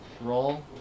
Roll